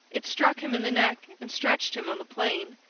it struck him in the neck and stretched him on the plain.